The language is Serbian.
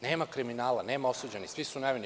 Nema kriminala, nema osuđenih, svi su nevini.